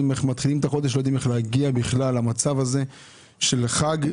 איך הן מתחילות את החודש ולא יודעות איך להגיע בכלל למצב הזה של חג,